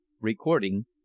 Recording